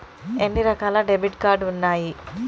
ఎన్ని రకాల debit card ఉన్నాయి?